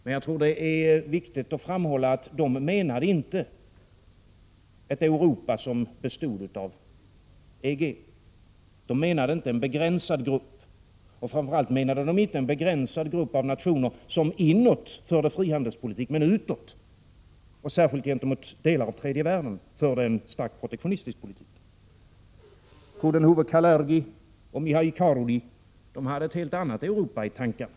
Men jag tror det är viktigt att framhålla att de inte menade ett Europa som bestod av EG. De menade inte en begränsad grupp, och framför allt menade de inte en begränsad grupp av nationer som inåt förde frihandelspolitik men utåt — och särskilt gentemot delar av tredje världen — förde en starkt protektionistisk politik. Coudenhove-Kalergi och Mihåly Kårolyi hade ett helt annat Europa i tankarna.